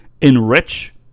enrich